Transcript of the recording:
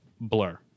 blur